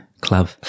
club